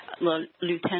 Lieutenant